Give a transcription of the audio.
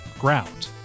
ground